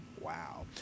wow